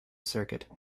circuit